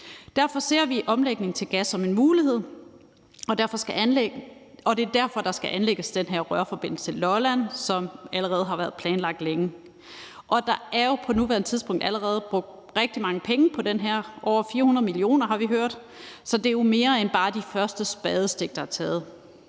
Derfor ser vi omlægning til gas som en mulighed, og det er derfor, der skal anlægges den her rørforbindelse på Lolland, som allerede har været planlagt længe. Og der er jo på nuværende tidspunkt allerede brugt rigtig mange penge på det her – over 400 mio. kr., har vi hørt – så det er jo mere end bare de første spadestik, der er taget.